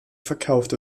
verkauft